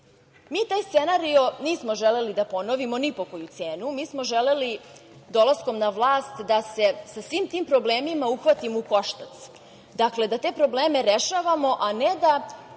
taj scenario nismo hteli da ponovimo ni po koju cenu. Mi smo želeli dolaskom na vlast da se sa svim tim problemima uhvatimo u koštac, dakle, da te probleme rešavamo, a ne da